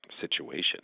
situation